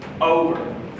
over